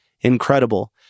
incredible